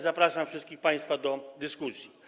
Zapraszam wszystkich państwa do dyskusji.